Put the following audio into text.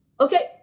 Okay